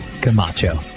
Camacho